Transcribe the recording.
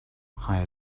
hires